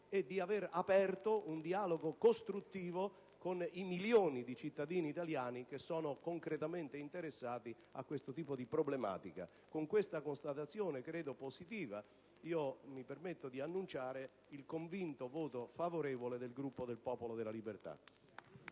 e di avere aperto un dialogo costruttivo con i milioni di cittadini italiani che sono concretamente interessati a questo tipo di problematica. Con questa constatazione, credo positiva, mi permetto di annunciare il convinto voto favorevole del Gruppo Popolo della Libertà.